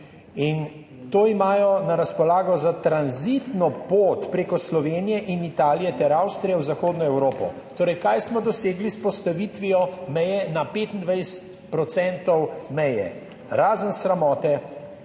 to imajo na razpolago za tranzitno pot preko Slovenije in Italije ter Avstrije v zahodno Evropo. Torej, kaj smo dosegli s postavitvijo meje na 25 procentov meje? Razen sramote,